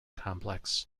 complex